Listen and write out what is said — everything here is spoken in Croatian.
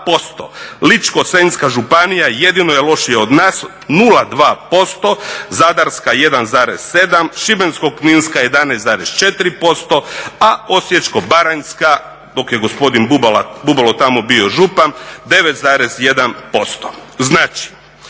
Ličko-senjska županija jedino je lošija od nas 0,2%, Zadarska 1,7, Šibensko-kninska 11,4%, a Osječko-baranjska dok je gospodin Bubalo tamo bio župan 9,1%. Znači,